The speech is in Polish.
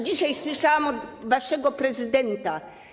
Dzisiaj słyszałam od waszego prezydenta.